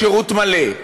לשירות מלא,